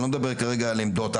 ואני לא מדבר כרגע על עמדות.